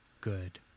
good